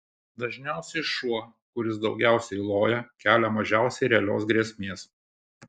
dažniausiai šuo kuris daugiausiai loja kelia mažiausiai realios grėsmės